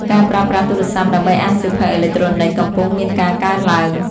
ការប្រើប្រាស់ទូរស័ព្ទដើម្បីអានសៀវភៅអេឡិចត្រូនិច កំពុងមានការកើនឡើង។